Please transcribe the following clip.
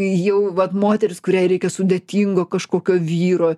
jau vat moteris kuriai reikia sudėtingo kažkokio vyro